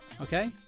okay